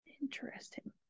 Interesting